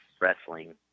wrestling –